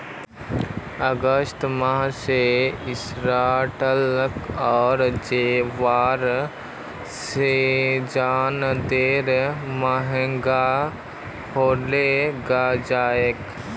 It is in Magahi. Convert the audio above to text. अगस्त माह स एयरटेल आर जिओर रिचार्ज दर महंगा हइ गेल छेक